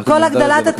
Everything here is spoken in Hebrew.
אבקש להזדרז.